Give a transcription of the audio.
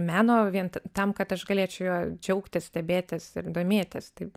meno vien tam kad aš galėčiau juo džiaugtis stebėtis ir domėtis tai